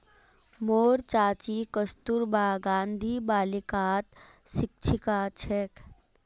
मोर चाची कस्तूरबा गांधी बालिकात शिक्षिका छेक